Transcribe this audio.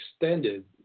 extended